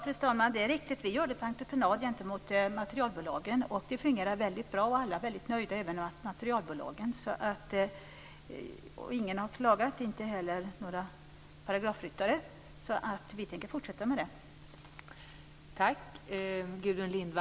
Fru talman! Det är riktigt att vi gör det på entreprenad åt materialbolagen. Det fungerar väldigt bra. Alla är väldigt nöjda, även materialbolagen. Ingen har klagat, inte heller några paragrafryttare. Vi tänker fortsätta med detta.